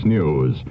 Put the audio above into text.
News